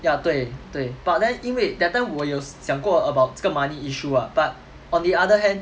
ya 对对 but then 因为 that time 我有想过 about 这个 money issue ah but on the other hand